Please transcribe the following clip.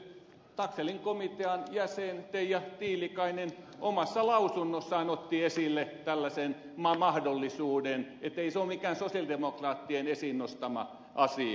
taxellin komitean jäsen teija tiilikainen omassa lausunnossaan otti esille tällaisen mahdollisuuden joten ei se ole mikään sosialidemokraattien esiin nostama asia